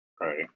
Right